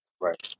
Right